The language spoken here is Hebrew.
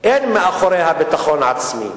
אין מאחוריה ביטחון עצמי.